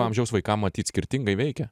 amžiaus vaikam matyt skirtingai veikia